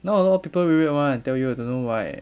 now a lot of people weird weird [one] I tell you I don't know why